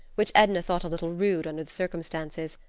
which edna thought a little rude, under the circumstances,